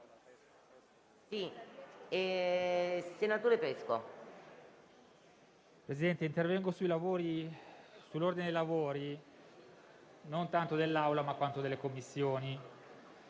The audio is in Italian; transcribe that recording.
Presidente, intervengo sull'ordine dei lavori, non tanto dell'Assemblea quanto delle Commissioni.